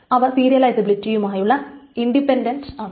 അവ സീരിയസബിലിറ്റിയുമായി ഇൻഡിപെൻഡൻന്റ് ആണ്